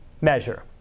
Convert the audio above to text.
measure